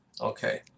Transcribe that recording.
Okay